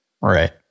Right